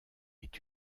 est